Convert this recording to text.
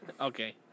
Okay